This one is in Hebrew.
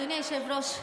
אדוני היושב-ראש,